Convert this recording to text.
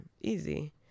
easy